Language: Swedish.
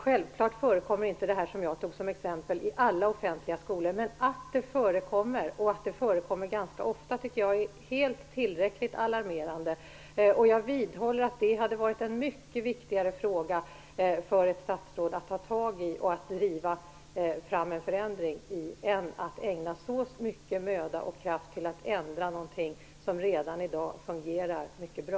Självklart förekommer inte det som jag tog som exempel i alla skolor, men att det förekommer, och t.o.m. ganska ofta, tycker jag är tillräckligt alarmerande. Jag vidhåller att det hade varit mycket viktigare för ett statsråd att ta tag i och driva fram en förändring i detta avseende än att ägna så mycket möda och kraft åt att ändra någonting som redan i dag fungerar mycket bra.